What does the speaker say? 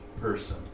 person